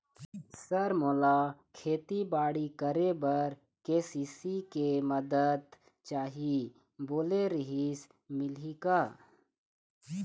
Sir मोला खेतीबाड़ी करेबर के.सी.सी के मंदत चाही बोले रीहिस मिलही का?